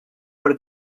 per